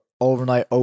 overnight